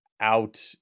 out